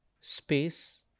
Space